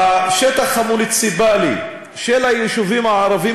השטח המוניציפלי של היישובים הערביים